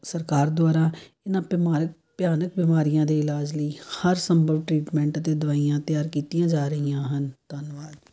ਸਰਕਾਰ ਦੁਆਰਾ ਇਹਨਾਂ ਭਿਮਾਰਕ ਭਿਆਨਕ ਬਿਮਾਰੀਆਂ ਦੇ ਇਲਾਜ ਲਈ ਹਰ ਸੰਭਵ ਟ੍ਰੀਟਮੈਂਟ ਅਤੇ ਦਵਾਈਆਂ ਤਿਆਰ ਕੀਤੀਆਂ ਜਾ ਰਹੀਆਂ ਹਨ ਧੰਨਵਾਦ